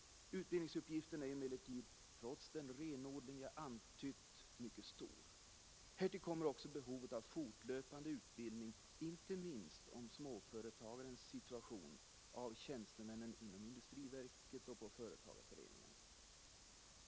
Utbildningsuppgiften är emellertid, trots den renodling som jag antytt, mycket stor. Härtill kommer också behovet av fortlöpande utbildning — inte minst om småföretagarnas situation — av tjänstemännen inom industriverket och företagareföreningarna.